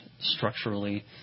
structurally